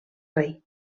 rei